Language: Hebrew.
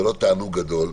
זה לא תענוג גדול.